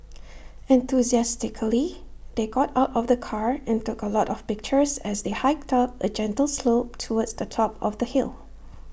enthusiastically they got out of the car and took A lot of pictures as they hiked up A gentle slope towards the top of the hill